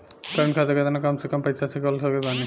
Current खाता केतना कम से कम पईसा से खोल सकत बानी?